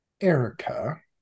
Erica